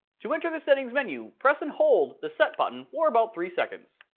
to enter the settings menu, press and hold the set button for about three seconds.